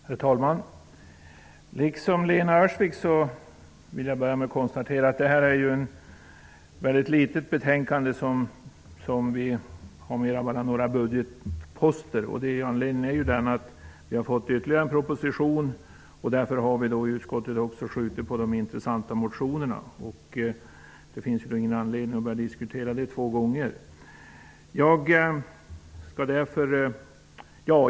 Herr talman! Liksom Lena Öhrsvik vill jag börja med att konstatera att detta är ett litet betänkande som enbart innehåller några budgetposter. Anledningen är att vi har fått ytterligare en proposition. Därför har utskottet också skjutit på de intressanta motionerna. Det finns ingen anledning att diskutera dem två gånger.